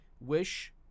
wish